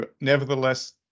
nevertheless